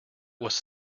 was